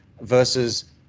versus